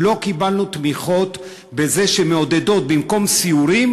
לא קיבלנו תמיכות בזה, שמעודדות, שבמקום סיורים